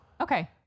okay